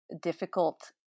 difficult